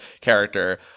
character